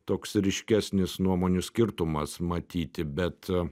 toks ryškesnis nuomonių skirtumas matyti bet